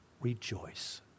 Rejoice